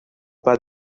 pas